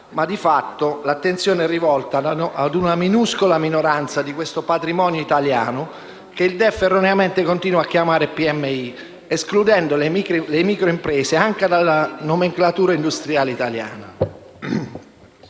ma di fatto l'attenzione è rivolta a una minuscola minoranza di questo patrimonio italiano, che il DEF erroneamente continua a chiamare «piccole e medie imprese», escludendo le microimprese anche dalla nomenclatura industriale italiana;